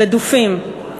רדופים.